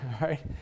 right